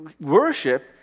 worship